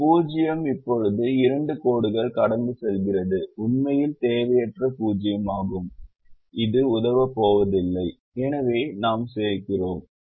ஒரு 0 இப்போது இரண்டு கோடுகளைக் கடந்து செல்கிறது உண்மையில் தேவையற்ற 0 ஆகும் அது உதவப் போவதில்லை எனவே நாம் சேர்க்கிறோம்